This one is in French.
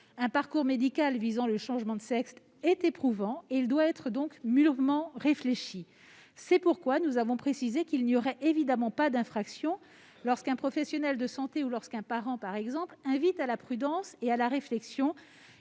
Un parcours médical visant le changement de sexe est éprouvant ; il doit donc être mûrement réfléchi. C'est pourquoi nous avons précisé qu'il n'y aurait évidemment pas d'infraction lorsqu'un professionnel de santé ou un parent, par exemple, invite à la prudence et à la réflexion